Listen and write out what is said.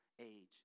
age